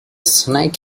snake